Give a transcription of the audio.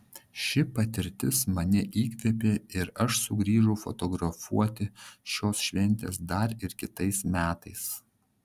ši patirtis mane įkvėpė ir aš sugrįžau fotografuoti šios šventės dar ir kitais metais